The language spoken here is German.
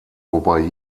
wobei